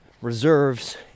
reserves